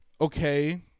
Okay